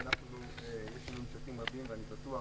יש לנו ממשקים רבים, ואני בטוח